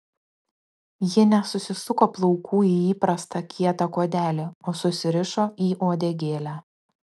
ji nesusisuko plaukų į įprastą kietą kuodelį o susirišo į uodegėlę